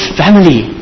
family